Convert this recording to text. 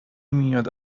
میاد